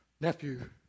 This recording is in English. nephew